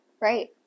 Right